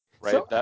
Right